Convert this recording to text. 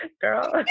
girl